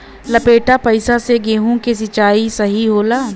लपेटा पाइप से गेहूँ के सिचाई सही होला?